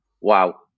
Wow